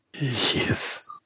Yes